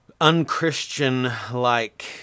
unchristian-like